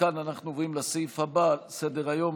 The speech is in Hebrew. מכאן אנחנו עוברים לסעיף הבא על סדר-היום,